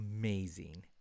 amazing